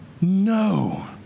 no